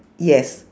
yes